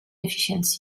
efficiency